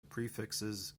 prefixes